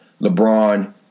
LeBron